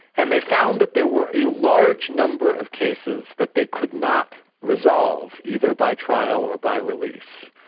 and they found that there were a large number of cases that they could not resolve, either by trial or by release.